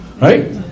Right